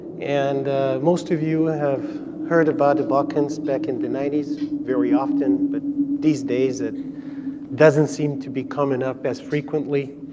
and most of you have heard about the balkans back in the ninety s very often, but these days, it doesn't seem to be coming up as frequently,